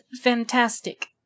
fantastic